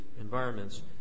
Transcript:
environments